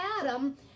adam